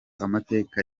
amateka